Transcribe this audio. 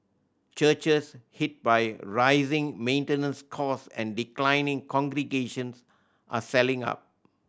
churches hit by rising maintenance cost and declining congregations are selling up